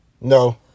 No